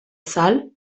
sal